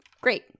Great